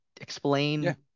explain